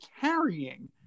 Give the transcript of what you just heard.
carrying